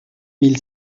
mille